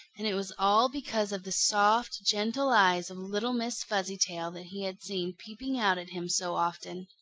and it was all because of the soft, gentle eyes of little miss fuzzytail that he had seen peeping out at him so often.